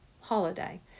holiday